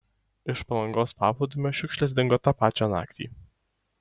iš palangos paplūdimio šiukšlės dingo tą pačią naktį